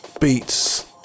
beats